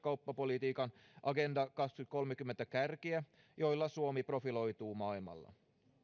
kauppapolitiikan agenda kaksituhattakolmekymmentä kärkiä joilla suomi profiloituu maailmalla